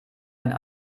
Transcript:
einen